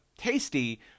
tasty